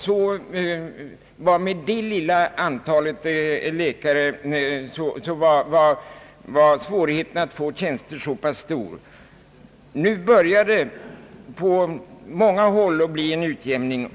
Även med det lilla antal läkare som då fanns var det så pass stora svårigheter att få tjänster. Nu börjar det på många håll åter bli en utjämning.